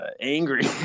angry